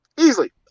Easily